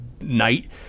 night